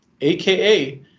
aka